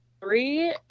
three